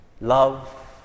love